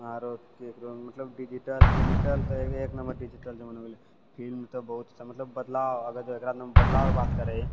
आरो ककरो मतलब डिजिटल डिजिटल तऽ एक नम्बर डिजिटल जमाना हो गेलै फिल्म तऽ बहुत मतलब बदलाव अगर एकरामे बदलावके बात करि